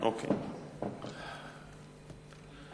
מוחמד ברכה, בבקשה.